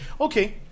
okay